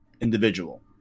individual